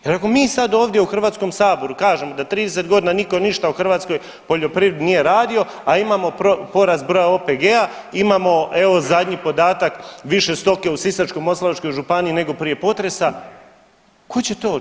Jer ako mi sad ovdje u Hrvatskom saboru kažemo da 30 godina nitko ništa u hrvatskoj poljoprivredi nije radio, a imamo porast broja OPG-a, imamo evo zadnji podatak više stoke u Sisačko-moslavačkoj županiji nego prije potresa tko će to odgovoriti?